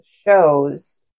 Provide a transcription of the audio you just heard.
shows